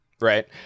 Right